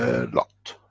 a lot.